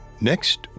Next